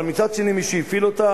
אבל מצד שני מי שהפעיל אותה,